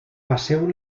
passeu